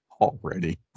already